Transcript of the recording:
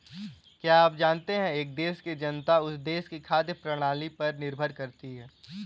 क्या आप जानते है एक देश की जनता उस देश की खाद्य प्रणाली पर निर्भर करती है?